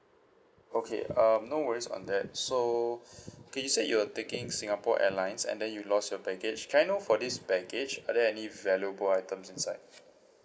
okay um no worries on that so okay you said you were taking singapore airlines and then you lost your baggage can I know for this baggage are there any valuable items inside